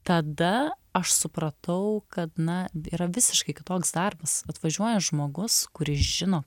tada aš supratau kad na yra visiškai kitoks darbas atvažiuoja žmogus kuris žino